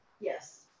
yes